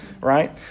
right